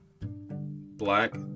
Black